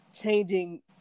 changing